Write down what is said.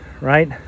Right